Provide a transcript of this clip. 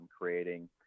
creating